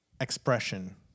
expression